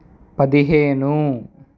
పదిహేను